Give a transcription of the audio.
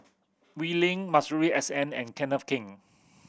Wee Lin Masuri S N and Kenneth Keng